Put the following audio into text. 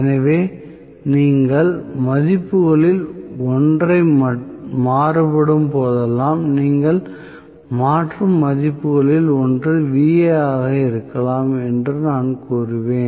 எனவே நீங்கள் மதிப்புகளில் ஒன்றை மாறுபடும் போதெல்லாம் நீங்கள் மாற்றும் மதிப்புகளில் ஒன்று Va ஆக இருக்கலாம் என்று நான் கூறுவேன்